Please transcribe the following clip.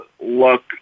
look